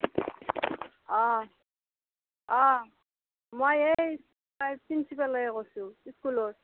অঁ অঁ মই এই ভাইচ প্ৰিঞ্চিপালে কৈছু স্কুলৰ